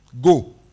Go